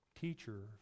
teacher